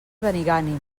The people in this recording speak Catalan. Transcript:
benigànim